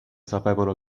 sapevano